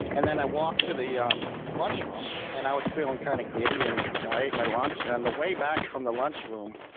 and then i walked to the um lunchroom, and i was feeling kind of giddy. and i ate my lunch. on and the way back from the lunchroom,